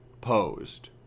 posed